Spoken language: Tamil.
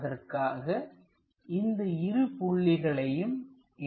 அதற்காக இந்த இரு புள்ளிகளையும் இணைக்கிறேன்